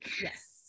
yes